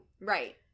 Right